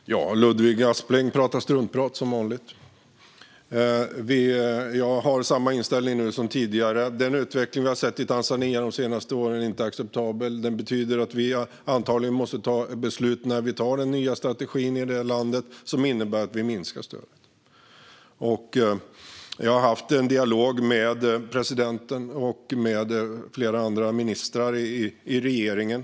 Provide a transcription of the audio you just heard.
Fru talman! Ludvig Aspling pratar strunt, som vanligt. Jag har samma inställning som tidigare, nämligen att den utveckling vi har sett i Tanzania de senaste åren inte är acceptabel. Det betyder att vi antagligen måste fatta beslut, när vi antar den nya strategin för det landet, som innebär att vi minskar stödet. Jag har haft en dialog med presidenten och med flera andra ministrar i regeringen.